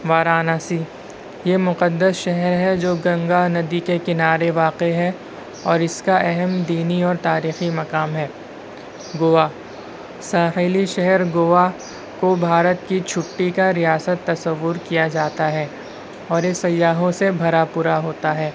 وارانسی یہ مقدس شہر ہے جو گنگاندی کے کنارے واقع ہے اور اس کا اہم دینی اور تاریخی مقام ہے گوا ساحلی شہر گوا کو بھارت کی چھٹّی کا ریاست تصور کیا جاتا ہے اور یہ سیّاحوں سے بھرا پورا ہوتا ہے